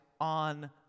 on